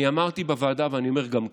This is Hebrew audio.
אני אמרתי בוועדה ואני אומר גם כאן: